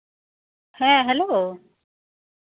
ᱦᱮᱸ ᱦᱮᱞᱳ